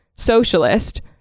socialist